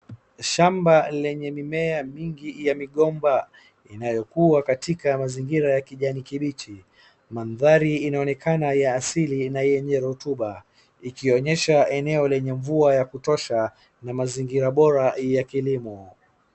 Shamba lenye mimea mingi ya migomba inayokuwa katika mazingira ya kijani kibichi. Mandhari inaonekana ya asili na yenya rutuba, ikionyesha eneo lenye mvua ya kutosha na mazingira bora ya kilimo.